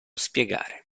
spiegare